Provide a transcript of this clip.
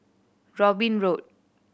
Robin Road